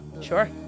Sure